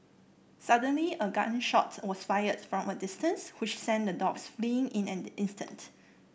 suddenly a gun shot was fired from a distance which sent the dogs fleeing in an instant